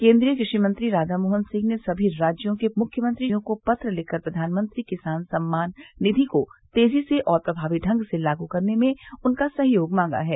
केन्द्रीय कृषि मंत्री राधामोहन सिंह ने सभी राज्यों के मुख्यमंत्रियों को पत्र लिखकर प्रधानमंत्री किसान सम्मान निधि को तेजी से और प्रभावी ढंग से लागू करने में उनका सहयोग मांगा है